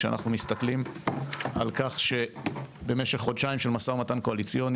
כשאנחנו מסתכלים על כך שבמשך חודשיים של משא ומתן קואליציוני